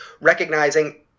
recognizing